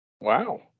wow